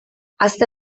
aste